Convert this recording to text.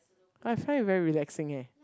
I find it very relaxing eh